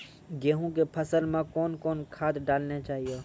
गेहूँ के फसल मे कौन कौन खाद डालने चाहिए?